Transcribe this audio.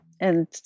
And-